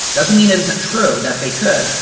doesn't mean it isn't true that they could,